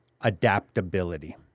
adaptability